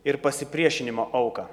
ir pasipriešinimo auką